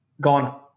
gone